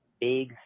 big